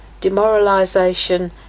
demoralisation